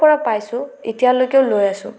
পাইছোঁ এতিয়ালৈকেও লৈ আছো